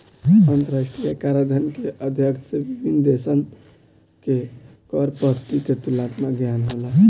अंतरराष्ट्रीय कराधान के अध्ययन से विभिन्न देशसन के कर पद्धति के तुलनात्मक ज्ञान होला